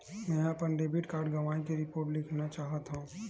मेंहा अपन debit card गवाए के रिपोर्ट लिखना चाहत हव